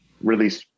release